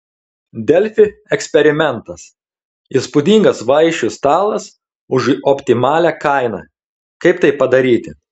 delfi eksperimentas įspūdingas vaišių stalas už optimalią kainą kaip tai padaryti